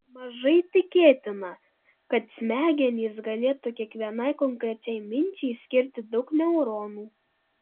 mažai tikėtina kad smegenys galėtų kiekvienai konkrečiai minčiai skirti daug neuronų